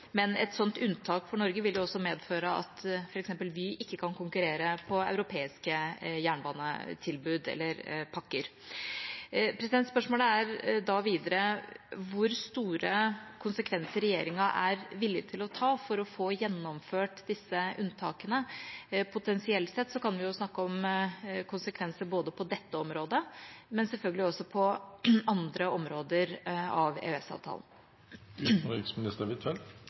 Men et slikt unntak for Norge vil også medføre at f.eks. Vy ikke kan konkurrere på europeiske jernbanetilbud eller -pakker. Spørsmålet er da videre hvor store konsekvenser regjeringa er villig til å ta for å få gjennomført disse unntakene. Potensielt sett kan vi snakke om konsekvenser på dette området, men selvfølgelig også på andre områder av